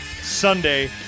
Sunday